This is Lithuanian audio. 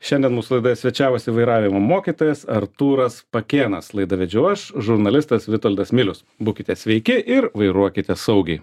šiandiem mūsų laidoje svečiavosi vairavimo mokytojas artūras pakėnas laidą vedžiau aš žurnalistas vitoldas milius būkite sveiki ir vairuokite saugiai